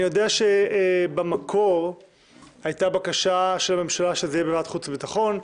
אני יודע שבמקור הייתה בקשה של הממשלה שזה יהיה בוועדת החוץ והביטחון,